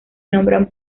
nombran